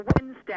Wednesday